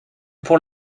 pour